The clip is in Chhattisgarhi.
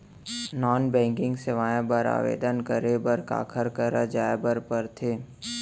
नॉन बैंकिंग सेवाएं बर आवेदन करे बर काखर करा जाए बर परथे